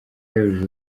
yujuje